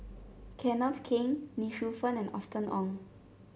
Kenneth Keng Lee Shu Fen and Austen Ong